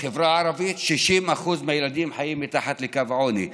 בחברה הערבית 60% מהילדים חיים מתחת לקו העוני.